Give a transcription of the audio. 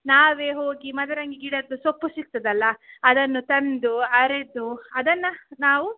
ನಾವೇ ಹೋಗಿ ಮದರಂಗಿ ಗಿಡದ್ದು ಸೊಪ್ಪು ಸಿಗ್ತದಲ್ಲಾ ಅದನ್ನು ತಂದು ಅರೆದು ಅದನ್ನು ನಾವು